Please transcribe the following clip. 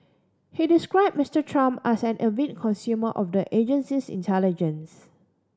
he describe Mister Trump as an avid consumer of the agency's intelligence